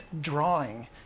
drawing